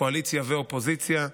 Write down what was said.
קואליציה ואופוזיציה,